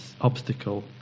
obstacle